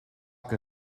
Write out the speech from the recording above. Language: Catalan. que